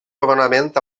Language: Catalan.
coronament